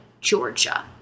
Georgia